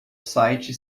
site